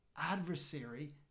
adversary